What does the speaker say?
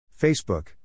Facebook